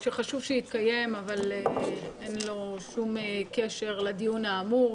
שחשוב שיתקיים, אבל אין לו שום קשר לדיון האמור.